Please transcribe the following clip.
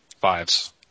Fives